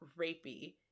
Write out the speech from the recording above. rapey